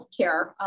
healthcare